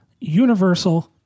Universal